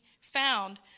found